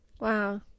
Wow